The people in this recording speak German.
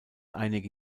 einige